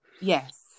yes